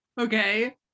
Okay